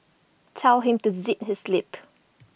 tell him to zip his lip